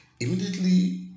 Immediately